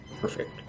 Perfect